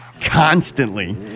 Constantly